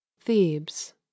Thebes